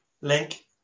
link